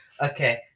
Okay